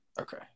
Okay